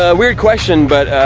ah weird question, but,